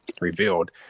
revealed